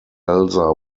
elsa